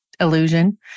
illusion